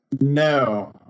no